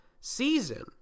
season